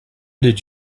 did